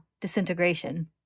disintegration